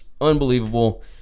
unbelievable